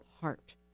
Heart